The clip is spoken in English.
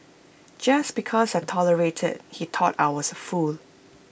just because I tolerated he thought I was A fool